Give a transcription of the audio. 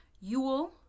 Yule